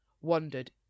wondered